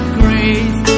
grace